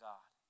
God